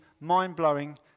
mind-blowing